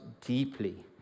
deeply